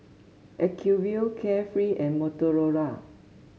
Acuvue Carefree and Motorola